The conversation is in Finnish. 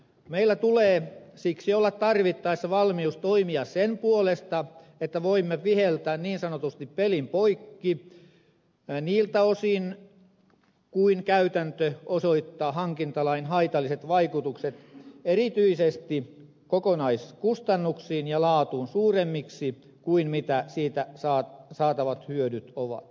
meillä tulee siksi olla tarvittaessa valmius toimia sen puolesta että voimme viheltää niin sanotusti pelin poikki niiltä osin kuin käytäntö osoittaa hankintalain haitalliset vaikutukset erityisesti kokonaiskustannuksiin ja laatuun suuremmiksi kuin mitä siitä saatavat hyödyt ovat